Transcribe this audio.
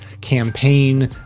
campaign